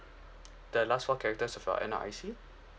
the last four characters of your N_R_I_C